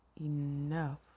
enough